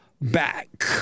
back